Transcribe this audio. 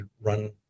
run